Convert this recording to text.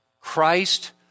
Christ